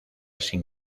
sin